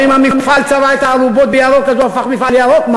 או אם המפעל צבע את הארובות בירוק אז הוא הפך מפעל ירוק?